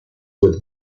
with